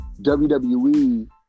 WWE